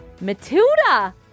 Matilda